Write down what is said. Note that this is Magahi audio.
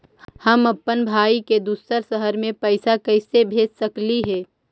हम अप्पन भाई के दूसर शहर में पैसा कैसे भेज सकली हे?